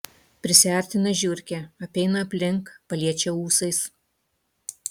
prisiartina žiurkė apeina aplink paliečia ūsais